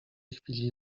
chwili